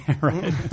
right